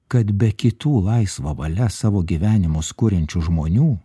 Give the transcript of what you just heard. kad be kitų laisva valia savo gyvenimus kuriančių žmonių